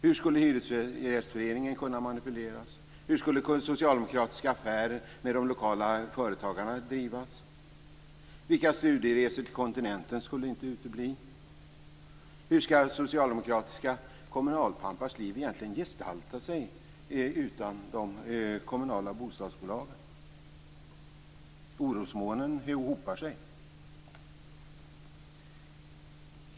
Hur skulle hyresgästföreningen kunna manipuleras? Hur skulle socialdemokratiska affärer med de lokala företagarna drivas? Vilka studieresor till kontinenten skulle inte utebli? Hur skall socialdemokratiska kommunalpampars liv egentligen gestalta sig utan de kommunala bostadsbolagen? Orosmolnen hopar sig.